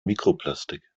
mikroplastik